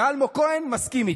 ואלמוג כהן מסכים איתי.